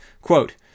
quote